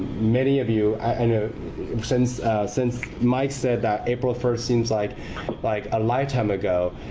many of you i know since since mike said that april first seems like like a lifetime ago,